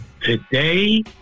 today